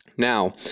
Now